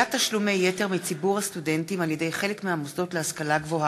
גביית תשלומי יתר מציבור הסטודנטים על-ידי חלק מהמוסדות להשכלה גבוהה,